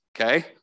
Okay